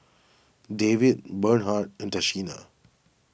Davie Bernhard and Tashina